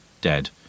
dead